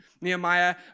Nehemiah